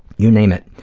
you name it.